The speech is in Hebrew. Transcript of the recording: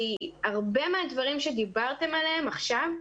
הרבה מהדברים שדיברתם עליהם עכשיו,